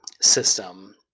system